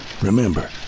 Remember